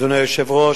אדוני היושב-ראש,